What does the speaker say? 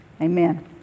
Amen